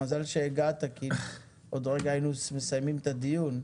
מזל שהגעת כי עוד רגע היינו מסיימים את הדיון.